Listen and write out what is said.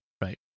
right